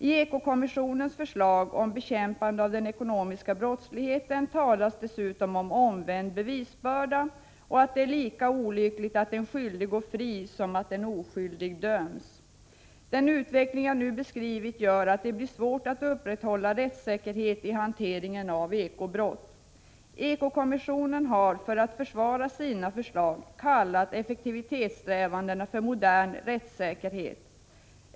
I ekokommissionens förslag om bekämpandet av den ekonomiska brottsligheten talas dessutom om omvänd bevisbörda, och det sägs att det är lika olyckligt att en skyldig får gå fri som att en oskyldig döms. Den utveckling jag nu beskrivit gör att det blir svårt att upprätthålla rättssäkerheten i hanteringen av eko-brott. Ekokommissionen har för att försvara sina förslag kallat effektivitetssträvandena för modern rättssäkerhet.